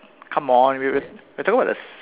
come on we we are talking about the s~